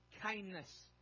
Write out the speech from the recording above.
kindness